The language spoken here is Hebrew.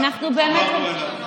איך בן-גוריון התחבר אליו?